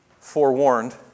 forewarned